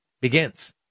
begins